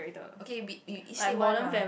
okay be we each say one ah